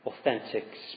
authentic